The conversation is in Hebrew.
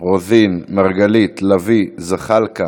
רוזין, מרגלית, לביא, זחאלקה,